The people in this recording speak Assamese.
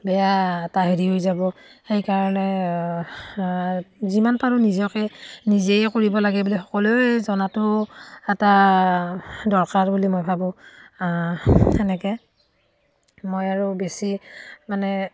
বেয়া এটা হেৰি হৈ যাব সেইকাৰণে যিমান পাৰোঁ নিজকে নিজেই কৰিব লাগে বুলি সকলোৱে জনাটো এটা দৰকাৰ বুলি মই ভাবোঁ সেনেকৈ মই আৰু বেছি মানে